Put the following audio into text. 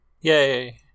Yay